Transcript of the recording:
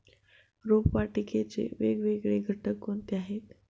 रोपवाटिकेचे वेगवेगळे घटक कोणते आहेत?